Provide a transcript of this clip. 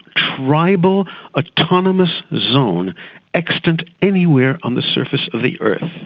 tribal autonomous zone extant anywhere on the surface of the earth.